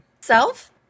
Self